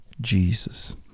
Jesus